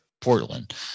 Portland